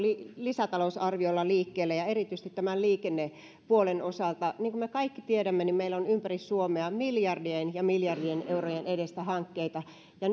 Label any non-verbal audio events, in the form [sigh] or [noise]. lisätalousarviolla liikkeelle erityisesti tämän liikennepuolen osalta niin kuin me kaikki tiedämme meillä on ympäri suomea miljardien ja miljardien eurojen edestä hankkeita ja [unintelligible]